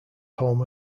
home